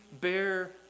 bear